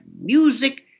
music